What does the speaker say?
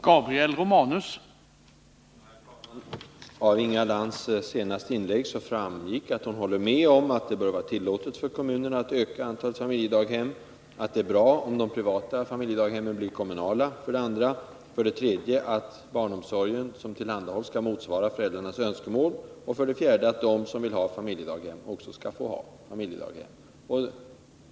Herr talman! Av Inga Lantz senaste inlägg framgick att hon håller med om för det första att det bör vara tillåtet för kommunerna att öka antalet familjedaghem, för det andra att det är bra om de privata familjedaghemmen blir kommunala, för det tredje att den barnomsorg som tillhandahålles skall motsvara föräldrarnas önskemål och för det fjärde att de som vill ha familjedaghem för sina barn också skall få det.